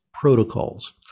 protocols